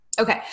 Okay